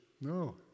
no